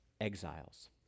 exiles